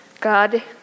God